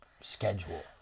schedule